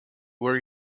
were